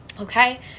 okay